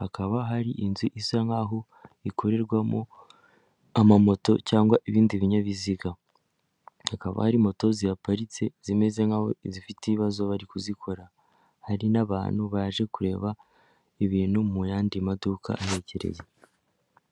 hakaba hari inzu isa nkaho ikorerwamo amamoto cyangwa ibindi binyabiziga hakaba ari moto zihaparitse zimeze'ho zifite ibibazo bari kuzikora hari n'abantu baje kureba ibintu mu yandi maduka ahegereye.